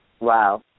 wow